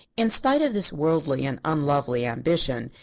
in spite of this worldly and unlovely ambition,